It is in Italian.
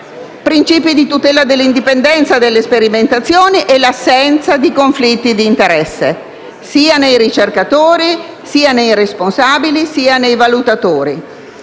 principi volti a tutelare l'indipendenza delle sperimentazioni e l'assenza di conflitti di interesse sia tra i ricercatori, che tra i responsabili e i valutatori.